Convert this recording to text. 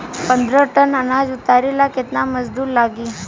पन्द्रह टन अनाज उतारे ला केतना मजदूर लागी?